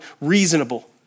reasonable